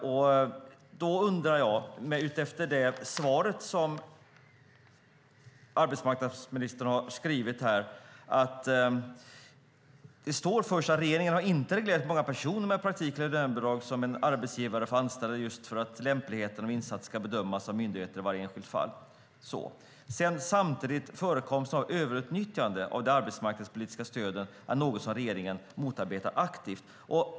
Jag har en undran utifrån det svar som arbetsmarknadsministern har skrivit. Det står först att "regeringen har inte reglerat hur många personer med praktik eller lönebidrag som en arbetsgivare får anställa just för att lämpligheten av insatsen ska bedömas av myndigheten i varje enskilt fall". Samtidigt står det att "förekomsten av överutnyttjande av de arbetsmarknadspolitiska stöden är något som regeringen motarbetar aktivt."